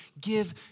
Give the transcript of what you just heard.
give